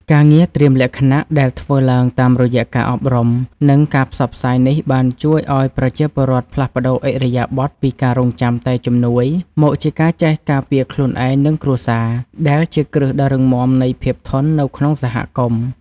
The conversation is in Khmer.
ការងារត្រៀមលក្ខណៈដែលធ្វើឡើងតាមរយៈការអប់រំ និងការផ្សព្វផ្សាយនេះ បានជួយឱ្យប្រជាពលរដ្ឋផ្លាស់ប្តូរឥរិយាបថពីការរង់ចាំតែជំនួយមកជាការចេះការពារខ្លួនឯង និងគ្រួសារ ដែលជាគ្រឹះដ៏រឹងមាំនៃភាពធន់នៅក្នុងសហគមន៍។